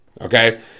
Okay